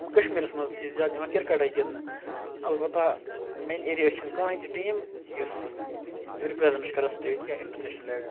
کَشمیٖرَس مَنٛز تہِ چھ زیادٕ یِوان کِرکَٹٕے گِنٛدنہٕ اَلبَتہ میانہِ ایریاہَس چھُنہٕ کٕہٕنۍ تہِ ٹیٖم یُس رِپریٚزنٹ چھُ کَران سٹیٹ یا اِنٹرنیشنَل لیٚولہِ پیٚٹھ